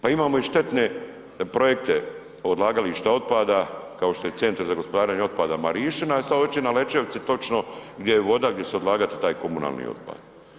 Pa imamo i štetne projekte odlagališta otpada kao što će Centar za gospodarenje otpada Marišćina i sad hoće na Lećevici točno gdje je voda, gdje će se odlagati taj komunalni otpad.